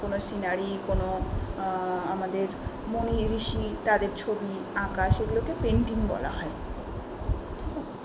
কোনো সিনারি কোনো আমাদের মুনি ঋষি তাদের ছবি আঁকা সেগুলোকে পেন্টিং বলা হয় ঠিক আছে